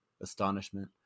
astonishment